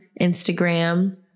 Instagram